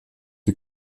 die